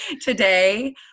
today